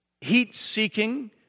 heat-seeking